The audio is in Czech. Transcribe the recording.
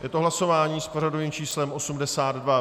Je to hlasování s pořadovým číslem 82.